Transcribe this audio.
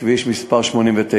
כביש מס' 89,